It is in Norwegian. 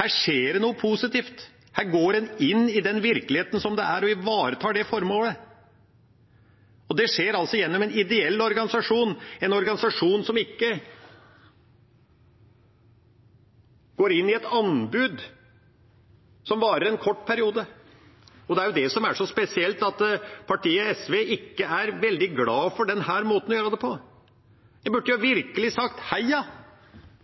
Her skjer det noe positivt. Her går en inn i den virkeligheten som er, og ivaretar formålet. Det skjer altså gjennom en ideell organisasjon, en organisasjon som ikke går inn i et anbud som varer en kort periode. Det som er så spesielt, er at partiet SV ikke er veldig glad for denne måten å gjøre det på. De burde jo virkelig sagt heia